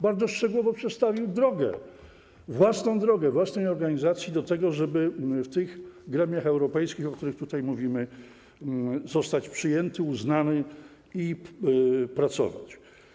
Bardzo szczegółowo przedstawił on własną, własnej organizacji drogę do tego, żeby w tych gremiach europejskich, o których tutaj mówimy, zostać przyjętym i uznanym i pracować.